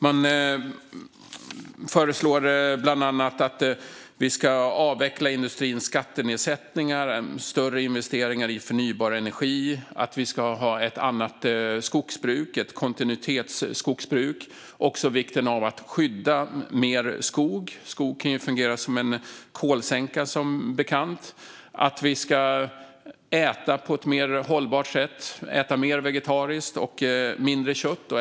Man föreslår bland annat att vi ska avveckla industrins skattenedsättningar, göra större investeringar i förnybar energi och ha ett annat skogsbruk, ett kontinuitetsskogsbruk. Man framhåller vikten av att skydda mer skog - skog kan ju fungera som en kolsänka, som bekant. Vi ska äta på ett mer hållbart sätt, föreslås det, mer vegetariskt och mindre kött.